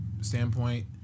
standpoint